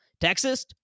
Texas